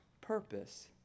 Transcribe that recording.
purpose